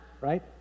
right